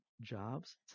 jobs